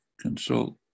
consult